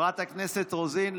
חברת הכנסת רוזין,